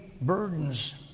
burdens